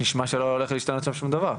נשמע שלא הולך להשתנות שם שום דבר.